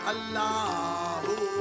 Allahu